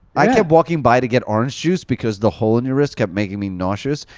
i kept walking buy to get orange juice because the hole in your wrist kept making me nauseous.